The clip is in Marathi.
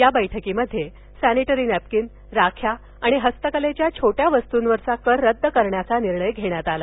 या बैठकीत सॅनिटरी नॅपकीन राख्या आणि हस्तकलेच्या छोट्या वस्तूंवरील कर रदद करण्याचा निर्णय घेण्यात आला